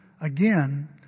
again